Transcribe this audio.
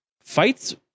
fights